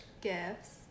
gifts